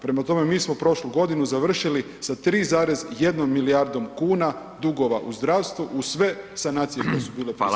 Prema tome, mi smo prošlu godinu završili sa 3,1 milijardom kuna dugova u zdravstvu uz sve sanacije koje su bile [[Upadica: Fala]] prisutne.